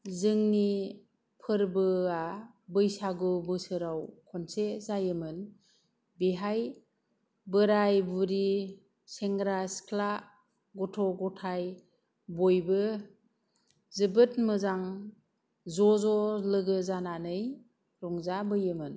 जोंनि फोरबोआ बैसागु बोसोराव खनसे जायोमोन बेहाय बोराय बुरि सेंग्रा सिख्ला गथ' गथाय बयबो जोबोद मोजां ज' ज' लोगो जानानै रंजाबोयोमोन